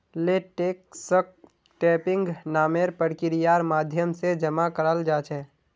लेटेक्सक टैपिंग नामेर प्रक्रियार माध्यम से जमा कराल जा छे